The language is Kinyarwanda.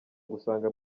gusanga